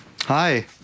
Hi